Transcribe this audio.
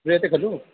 श्रूयते खलु